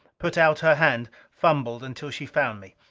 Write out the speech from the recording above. put out her hand, fumbled until she found me.